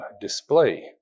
display